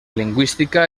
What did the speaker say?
lingüística